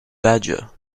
badger